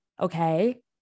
Okay